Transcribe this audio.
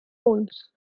roles